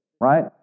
right